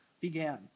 Began